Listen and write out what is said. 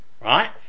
Right